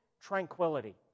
tranquility